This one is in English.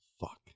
Fuck